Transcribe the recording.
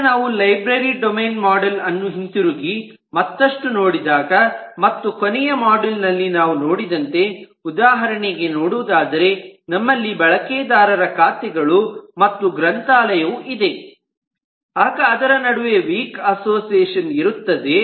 ಈಗ ನಾವು library domain model ಅನ್ನು ಹಿಂತಿರುಗಿ ಮತ್ತಷ್ಟು ನೋಡಿದಾಗ ಮತ್ತು ಕೊನೆಯ ಮಾಡ್ಯೂಲ್ ನಲ್ಲಿ ನಾವು ನೋಡಿದಂತೆ ಉದಾಹರಣೆಗೆ ನೋಡುವುದಾದರೆ ನಮ್ಮಲ್ಲಿ ಬಳಕೆದಾರರ ಖಾತೆಗಳು ಮತ್ತು ಗ್ರಂಥಾಲಯವು ಇದೆ ಆಗ ಅದರ ನಡುವೆ ವೀಕ್ ಅಸೋಸಿಯೇಷನ್ ಇರುತ್ತದೆ